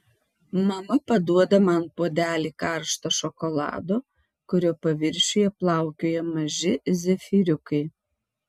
mama paduoda man puodelį karšto šokolado kurio paviršiuje plaukioja maži zefyriukai